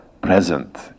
present